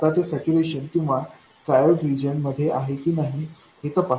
आता ते सैच्यूरेशन किंवा ट्रायोड रिजन मध्ये आहे की नाही ते तपासा